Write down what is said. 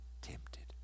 tempted